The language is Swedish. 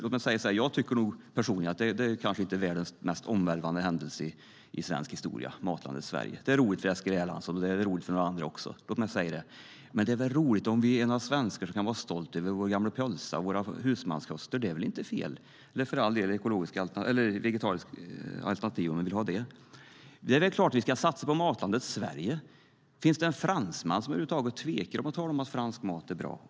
Låt mig säga: Jag tycker personligen inte att Matlandet Sverige är världens mest omvälvande händelse i svensk historia. Det är roligt för Eskil Erlandsson, och det är roligt för några andra också. Men det är väl roligt om vi är några svenskar som kan vara stolta över vår gamla pölsa och vår husmanskost och för all del vegetariska alternativ, om vi vill ha det. Det är väl inte fel? Det är väl klart att vi ska satsa på Matlandet Sverige. Finns det en fransman som över huvud taget tvekar om att säga att fransk mat är bra?